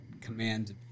commands